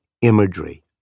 imagery